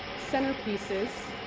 centerpieces,